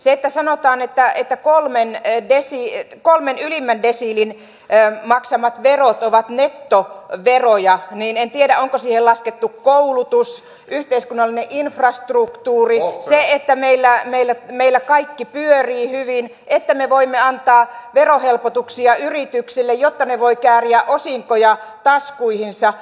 kun sanotaan että kolmen ylimmän desiilin maksamat verot ovat nettoveroja niin en tiedä onko siihen laskettu koulutus yhteiskunnallinen infrastruktuuri se että meillä kaikki pyörii hyvin että me voimme antaa verohelpotuksia yrityksille jotta ne voivat kääriä osinkoja taskuihinsa